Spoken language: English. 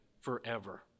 forever